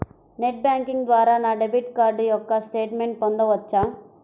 Net banking ద్వారా నా debit card యొక్క స్టేట్మెంట్ పొందవచ్చా?